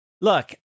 Look